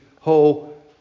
whole